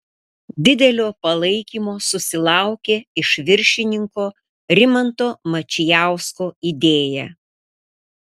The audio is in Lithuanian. didelio palaikymo susilaukė iš viršininko rimanto mačijausko idėja